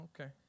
Okay